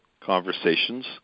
conversations